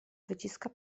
wyciska